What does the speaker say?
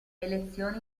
elezioni